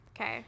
Okay